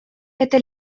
это